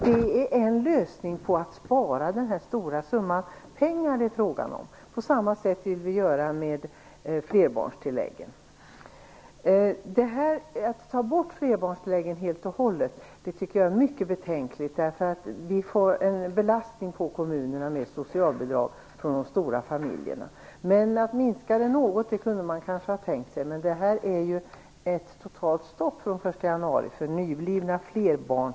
Det är en lösning till att spara den stora summa pengar som det är frågan om. På samma sätt vill vi göra med flerbarnstilläggen. Att ta bort flerbarnstilläggen helt och hållet är mycket betänkligt. Vi får då en belastning på kommunerna med socialbidrag för de stora familjerna. Att minska dem något kunde man kanske ha tänkt sig, men det här förslaget innebär ett totalt stopp från den